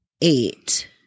eight